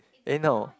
eh no